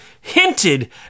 hinted